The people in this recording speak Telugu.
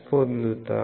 పొందుతాము